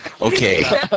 Okay